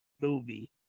movie